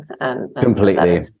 Completely